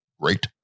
great